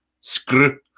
Screw